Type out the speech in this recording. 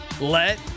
Let